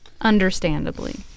understandably